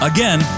Again